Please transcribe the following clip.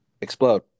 explode